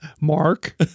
Mark